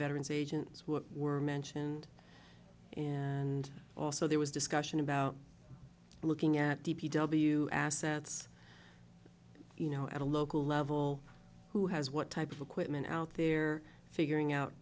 veteran's agents who were mentioned and also there was discussion about looking at d p w assets you know at a local level who has what type of equipment out there figuring out